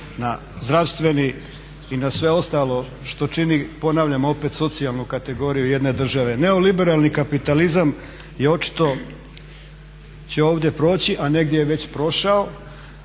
na zdravstveni i na sve ostalo što čini, ponavljam opet, socijalnu kategoriju jedne države. Neoliberalni kapitalizam je očito će ovdje proći, a negdje je već prošao.